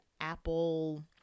apple